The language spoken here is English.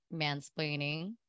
mansplaining